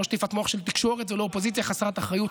גם לא אופוזיציה צעקנית.